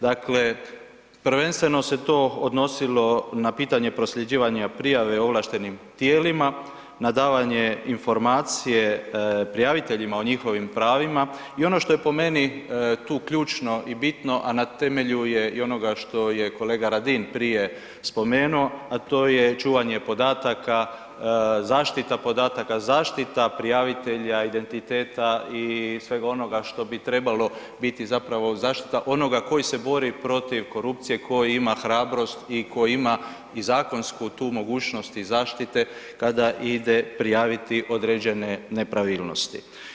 Dakle, prvenstveno se to odnosilo na pitanje prosljeđivanja prijave ovlaštenim tijelima, na davanje informacije prijaviteljima o njihovim pravima i ono što je po meni tu ključno i bitno, a ne temelju je i onoga što je kolega Radin prije spomenuo, a to je čuvanje podataka, zaštita podataka, zaštita prijavitelja identiteta i svega onoga što bi trebalo biti zapravo zaštita onoga koji se bori protiv korupcije, koji ima hrabrost i koji ima i zakonsku tu mogućnost i zaštite kada ide prijaviti određene nepravilnosti.